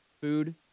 food